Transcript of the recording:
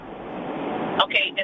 Okay